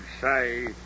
say